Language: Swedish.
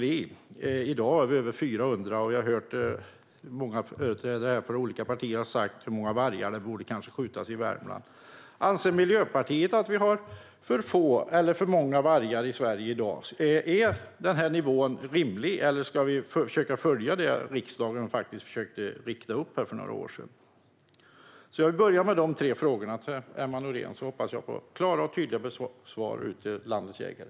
I dag är det över 400, och jag har hört företrädare för olika partier säga hur många vargar det kanske borde skjutas i Värmland. Anser Miljöpartiet att vi har för få eller för många vargar i Sverige i dag? Är nivån rimlig? Eller ska vi försöka följa det riktmärke som riksdagen försökte sätta upp för några år sedan? Jag vill börja med de tre frågorna till Emma Nohrén. Jag hoppas på klara och tydliga svar till landets jägare.